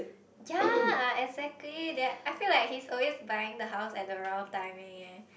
yea exactly that I feel like he's always buying the house at the wrong timing eh